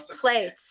plates